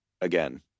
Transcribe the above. again